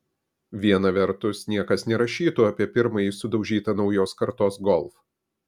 viena vertus niekas nerašytų apie pirmąjį sudaužytą naujos kartos golf